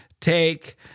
take